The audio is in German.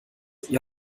ihr